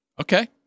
Okay